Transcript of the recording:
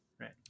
right